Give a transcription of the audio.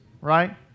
right